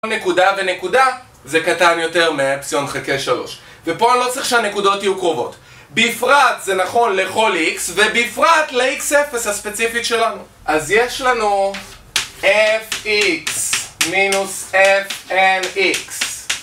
נקודה ונקודה זה קטן יותר מפסיון חלקי שלוש ופה אני לא צריך שהנקודות יהיו קרובות בפרט זה נכון לכל X ובפרט ל-X0 הספציפית שלנו אז יש לנו Fx מינוס Fnx